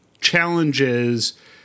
challenges